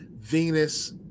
Venus